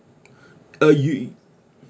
uh you